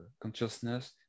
consciousness